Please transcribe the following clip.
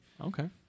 Okay